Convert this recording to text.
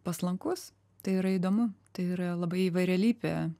paslankus tai yra įdomu tai yra labai įvairialypė